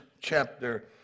chapter